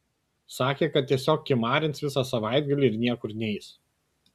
sakė kad tiesiog kimarins visą savaitgalį ir niekur neis